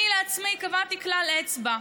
אני לעצמי קבעתי כלל אצבע,